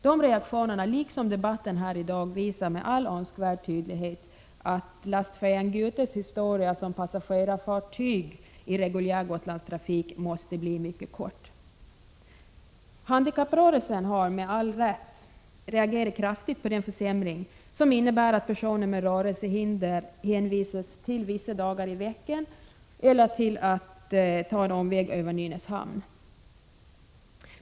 Dessa reaktioner, liksom debatten här i dag, visar med all önskvärd tydlighet att lastfärjan Gutes historia som passagerarfartyg i reguljär Gotlandstrafik måste bli mycket kort. Handikapprörelsen har med all rätt reagerat kraftigt på den försämring det innebär att personer med rörelsehinder hänvisas till vissa dagar i veckan eller till att ta omvägen över Nynäshamn.